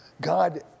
God